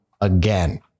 again